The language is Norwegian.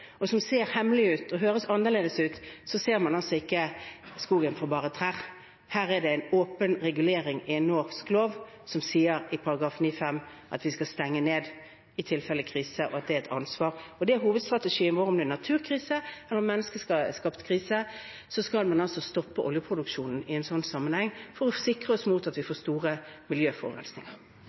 og som ser hemmelig ut og høres annerledes ut, ser man ikke skogen for bare trær. Her er det en åpen regulering i en norsk lov, der det sies i § 9-5 at vi skal stenge ned i tilfelle krise, og at det er et ansvar. Det er hovedstrategien vår ved naturkrise. Ved en menneskeskapt krise skal man stoppe oljeproduksjonen i en slik sammenheng, for å sikre oss mot at vi får store miljøforurensninger.